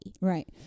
Right